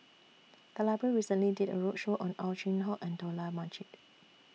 The Library recently did A roadshow on Ow Chin Hock and Dollah Majid